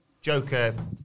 Joker